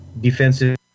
defensive